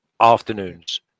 afternoons